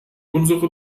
unsere